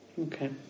Okay